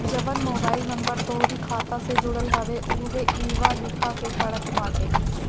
जवन mobile number तोहरी खाता से जुड़ल हवे उहवे इहवा लिखे के पड़त बाटे